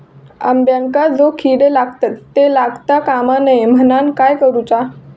अंब्यांका जो किडे लागतत ते लागता कमा नये म्हनाण काय करूचा?